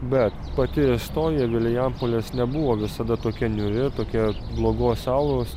bet pati istorija vilijampolės nebuvo visada tokia niūri ir tokia blogos auros